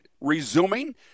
resuming